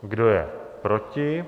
Kdo je proti?